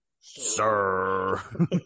sir